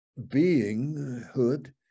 beinghood